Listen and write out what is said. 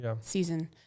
season